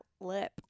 lip